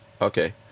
okay